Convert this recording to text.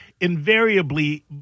Invariably